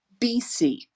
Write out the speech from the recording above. BC